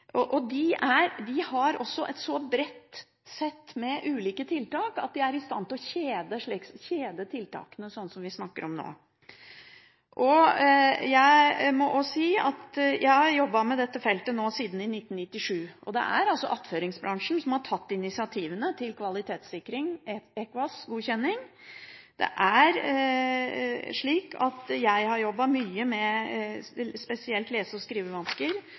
fantastisk fortelling. De har også et så bredt sett med ulike tiltak at de er i stand til å kjede tiltakene, sånn som vi snakker om nå. Jeg har jobbet med dette feltet siden 1997, og det er altså attføringsbransjen som har tatt initiativene til kvalitetssikring, EQUAS-godkjenning. Jeg har jobbet mye med lære- og skrivevansker spesielt og